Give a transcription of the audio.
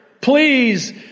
please